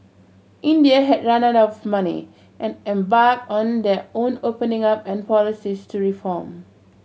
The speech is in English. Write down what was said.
India had run out of money and embarked on their own opening up and policies to reform